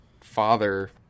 father